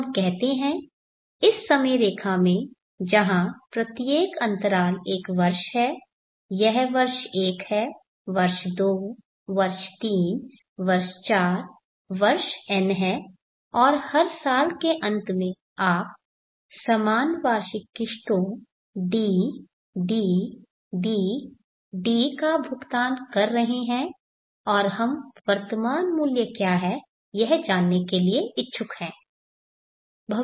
तो हम कहते हैं इस समय रेखा में जहां प्रत्येक अंतराल एक वर्ष है यह वर्ष 1 है वर्ष 2 वर्ष 3 वर्ष 4 वर्ष n है और हर साल के अंत में आप समान वार्षिक किश्तों D D D D का भुगतान कर रहे हैं और हम वर्तमान मूल्य क्या है यह जानने के लिए इच्छुक हैं